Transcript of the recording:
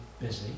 busy